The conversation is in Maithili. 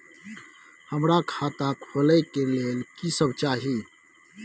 हमरा खाता खोले के लेल की सब चाही?